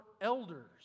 elders